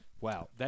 Wow